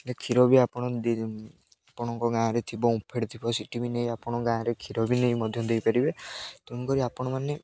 କ୍ଷୀର ବି ଆପଣ ଆପଣଙ୍କ ଗାଁରେ ଥିବ ଓମ୍ଫେଡ଼ ଥିବ ସିଟି ବି ନେଇ ଆପଣଙ୍କ ଗାଁରେ କ୍ଷୀର ବି ନେଇ ମଧ୍ୟ ଦେଇପାରିବେ ତେଣୁକରି ଆପଣମାନେ